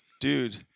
dude